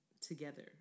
together